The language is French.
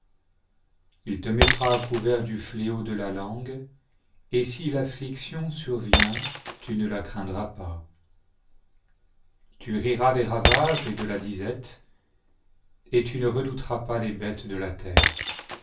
il te mettra à couvert du fléau de la langue et si l'affliction survient tu ne la craindras pas tu riras des ravages et de la disette et tu ne redouteras pas les bêtes de la terre